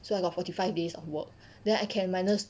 so I got forty five days of work then I can minus